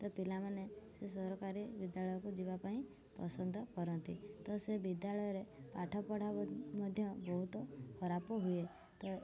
ତ ପିଲାମାନେ ସେ ସରକାରୀ ବିଦ୍ୟାଳୟକୁ ଯିବା ପାଇଁ ପସନ୍ଦ କରନ୍ତି ତ ସେ ବିଦ୍ୟାଳୟରେ ପାଠ ପଢ଼ା ମଧ୍ୟ ବହୁତ ଖରାପ ହୁଏ ତ